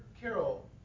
Carol